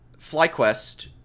FlyQuest